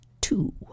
two